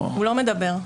הוא לא מדבר.